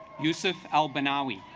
youssef albin arwe.